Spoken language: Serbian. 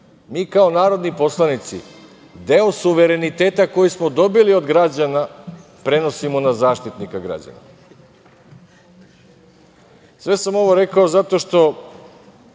mi kao narodni poslanici deo suvereniteta koji smo dobili od građana prenosimo na Zaštitnika građana. Sve sam ovo rekao, jer smo